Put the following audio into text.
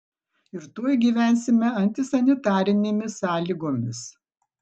ir tuoj gyvensime antisanitarinėmis sąlygomis